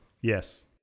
Yes